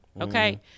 okay